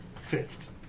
Fist